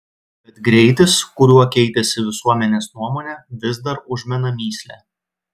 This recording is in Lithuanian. bet greitis kuriuo keitėsi visuomenės nuomonė vis dar užmena mįslę